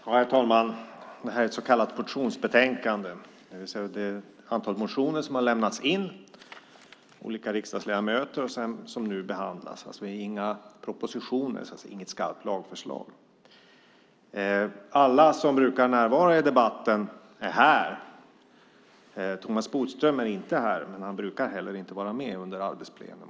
Herr talman! Betänkandet är ett så kallat motionsbetänkande. Det är ett antal motioner som har lämnats in av olika riksdagsledamöter som nu behandlas - alltså ingen proposition, inget skarpt lagförslag. Alla som brukar närvara i debatter är här. Men Thomas Bodström är inte här och brukar heller inte närvara vid arbetsplenum.